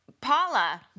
Paula